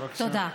תודה.